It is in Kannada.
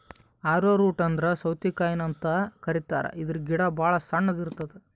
ಆರೊ ರೂಟ್ ಅಂದ್ರ ಸೌತಿಕಾಯಿನು ಅಂತ್ ಕರಿತಾರ್ ಇದ್ರ್ ಗಿಡ ಭಾಳ್ ಸಣ್ಣು ಇರ್ತವ್